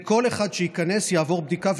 וכל אחד שייכנס יעבור בדיקה,